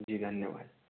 जी धन्यवाद